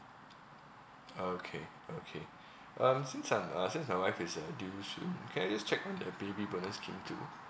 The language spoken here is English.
okay okay um since I'm uh since my wife is uh due soon can I just check on the baby bonus scheme too